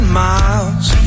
miles